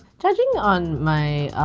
judging on my